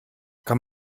kann